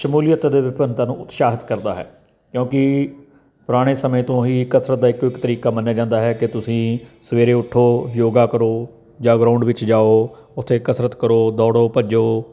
ਸ਼ਮੂਲੀਅਤ ਅਤੇ ਵਿਭਿੰਨਤਾ ਨੂੰ ਉਤਸ਼ਾਹਿਤ ਕਰਦਾ ਹੈ ਕਿਉਂਕਿ ਪੁਰਾਣੇ ਸਮੇਂ ਤੋਂ ਹੀ ਕਸਰਤ ਦਾ ਇੱਕੋ ਇੱਕ ਤਰੀਕਾ ਮੰਨਿਆ ਜਾਂਦਾ ਹੈ ਕਿ ਤੁਸੀਂ ਸਵੇਰੇ ਉੱਠੋ ਯੋਗਾ ਕਰੋ ਜਾਂ ਗਰਾਊਂਡ ਵਿੱਚ ਜਾਓ ਉੱਥੇ ਕਸਰਤ ਕਰੋ ਦੌੜੋ ਭੱਜੋ